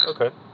okay